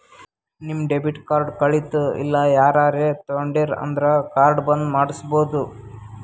ನಿಮ್ debit card ಕಳಿತು ಇಲ್ಲ ಯಾರರೇ ತೊಂಡಿರು ಅಂದುರ್ ಕಾರ್ಡ್ ಬಂದ್ ಮಾಡ್ಸಬೋದು